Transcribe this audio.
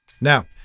Now